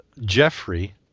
Jeffrey